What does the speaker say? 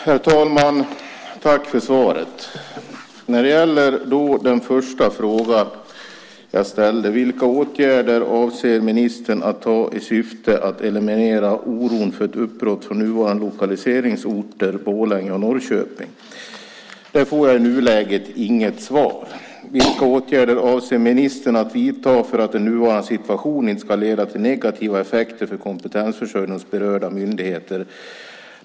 Herr talman! Tack för svaret! På den första frågan jag ställde, om vilka åtgärder ministern avser att vidta i syfte att eliminera oron för ett uppbrott från nuvarande lokaliseringsorter, Borlänge och Norrköping, får jag i nuläget inget svar. Jag frågade också vilka åtgärder ministern avser att vidta för att den nuvarande situationen inte ska leda till negativa effekter för kompetensförsörjning hos berörda myndigheter.